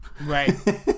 Right